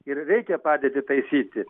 ir reikia padėtį taisyti